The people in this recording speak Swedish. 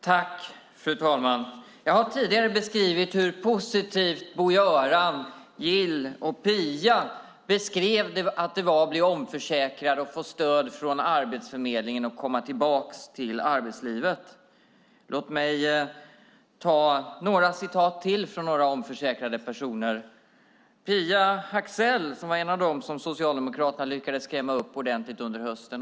Fru talman! Jag har tidigare beskrivit hur positivt Bo-Göran, Gill och Pia tyckte att det var att bli omförsäkrade och få stöd från Arbetsförmedlingen och komma tillbaka till arbetslivet. Låt mig ta några citat till från några omförsäkrade personer. Pia Hackzell var en av dem som Socialdemokraterna lyckades skrämma upp ordentligt under hösten.